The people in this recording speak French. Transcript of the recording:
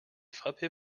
frappée